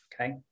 Okay